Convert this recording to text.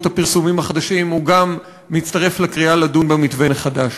הפרסומים החדשים הוא מצטרף לקריאה לדון במתווה מחדש.